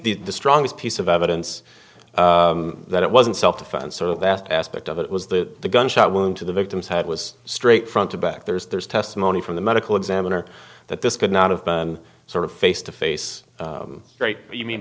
think the strongest piece of evidence that it wasn't self defense so that aspect of it was that the gunshot wound to the victim's head was straight front to back there's there's testimony from the medical examiner that this could not have been sort of face to face straight you mean